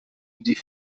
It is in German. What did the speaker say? die